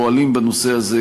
פועלים בנושא הזה,